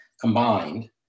combined